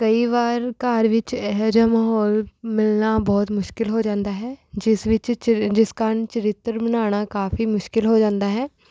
ਕਈ ਵਾਰ ਘਰ ਵਿੱਚ ਇਹੋ ਜਿਹਾ ਮਾਹੌਲ ਮਿਲਣਾ ਬਹੁਤ ਮੁਸ਼ਕਿਲ ਹੋ ਜਾਂਦਾ ਹੈ ਜਿਸ ਵਿਚ ਚਰਿ ਜਿਸ ਕਾਰਨ ਚਰਿੱਤਰ ਬਣਾਉਣਾ ਕਾਫੀ ਮੁਸ਼ਕਿਲ ਹੋ ਜਾਂਦਾ ਹੈ